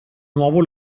nuovo